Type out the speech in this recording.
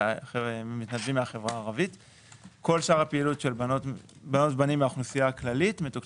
וכן ביצוע שינויים פנימיים במשרד לפיתוח הפריפריה הנגב והגליל